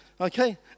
Okay